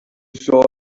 saw